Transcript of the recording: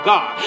God